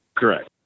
correct